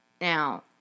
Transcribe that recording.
now